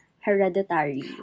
Hereditary